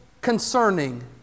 concerning